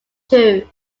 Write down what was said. too